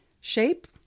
shape